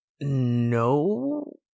No